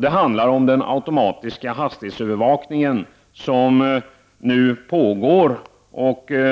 Det handlar om den automatiska hastighetsövervakning som nu pågår,